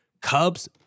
Cubs